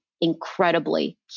incredibly